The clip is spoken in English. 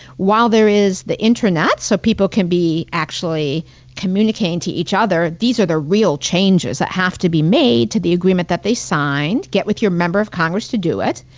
while there is the internet, so people can be actually communicating to each other, these are the real changes that have to be made to the agreement that they signed, get with your member of congress to do it.